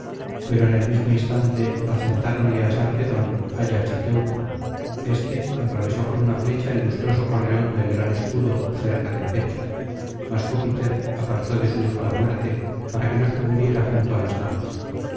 pero en el mismo instante acertáronle á sarpedón ayax y teucro éste atravesó con una flecha el lustroso correón del gran escudo cerca del pecho mas júpiter apartó de su hijo la muerte para que no sucumbiera junto á las naves